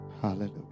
Hallelujah